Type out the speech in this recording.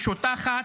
משוטחת,